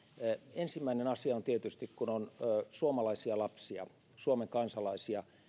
ensimmäinen asia on tietysti että kun on suomalaisia lapsia suomen kansalaisia